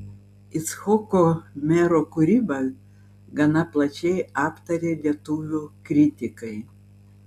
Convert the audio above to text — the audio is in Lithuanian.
icchoko mero kūrybą gana plačiai aptarė lietuvių kritikai